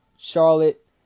Charlotte